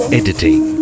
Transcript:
editing